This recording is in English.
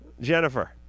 Jennifer